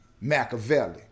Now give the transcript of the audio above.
Machiavelli